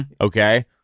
Okay